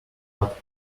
but